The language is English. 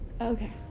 Okay